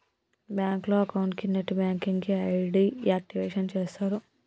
బ్యాంకులో అకౌంట్ కి net banking కి ఐడి యాక్టివేషన్ చేస్తరు